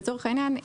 לצורך העניין,